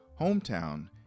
hometown